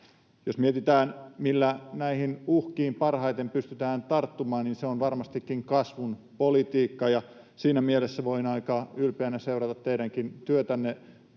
Jos mietitään, millä näihin uhkiin parhaiten pystytään tarttumaan, niin se on varmastikin kasvun politiikka, ja siinä mielessä voin aika ylpeänä seurata teidänkin työtänne.